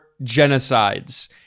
genocides